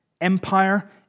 Empire